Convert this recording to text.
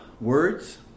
words